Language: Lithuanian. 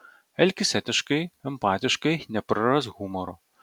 elkis etiškai empatiškai neprarask humoro